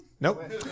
Nope